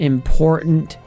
Important